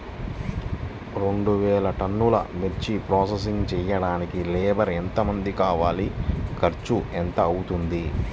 రెండు వేలు టన్నుల మిర్చి ప్రోసెసింగ్ చేయడానికి లేబర్ ఎంతమంది కావాలి, ఖర్చు ఎంత అవుతుంది?